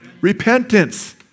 Repentance